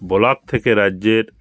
block থেকে রাজ্যের